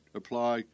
apply